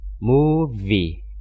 movie